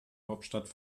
hauptstadt